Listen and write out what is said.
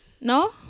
No